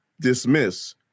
dismiss